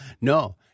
No